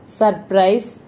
surprise